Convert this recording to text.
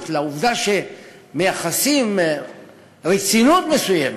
לעובדה שמייחסים רצינות מסוימת,